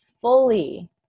fully